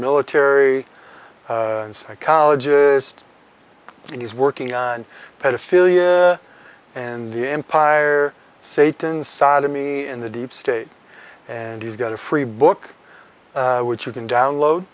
military psychologist and he's working on pedophilia and the empire satan sodomy in the deep state and he's got a free book which you can download